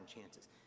chances